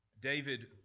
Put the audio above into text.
David